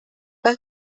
bei